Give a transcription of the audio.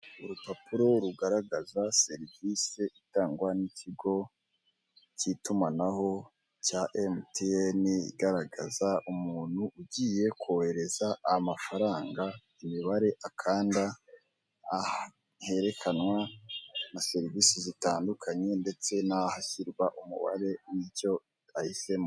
Urupapuro rugaragaza serivisi itangwa n'ikigo cy'itumanaho cya Emutiyeni, igaragaza umuntu ugiye kohereza amafaranga, imibare akanda, herekanwa na serivisi zitandukanye ndetse n'ahashyirwa umubare w'icyo ahisemo.